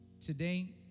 Today